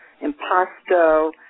impasto